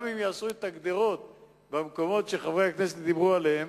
גם אם יעשו את הגדרות במקומות שחברי הכנסת דיברו עליהם,